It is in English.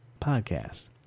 podcasts